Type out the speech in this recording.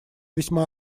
весьма